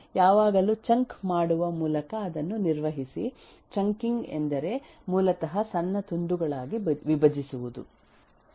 ಯಾವಾಗಲೂ ಚಂಕ್ ಮಾಡುವ ಮೂಲಕ ಅದನ್ನು ನಿರ್ವಹಿಸಿ ಚಂಕಿಂಗ್ ಎಂದರೆ ಮೂಲತಃ ಸಣ್ಣ ತುಂಡುಗಳಾಗಿ ವಿಭಜಿಸುವುದು